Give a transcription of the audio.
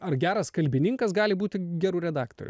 ar geras kalbininkas gali būti geru redaktoriu